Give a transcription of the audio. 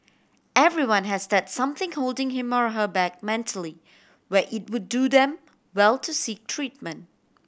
everyone has that something holding him or her back mentally where it would do them well to seek treatment